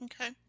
Okay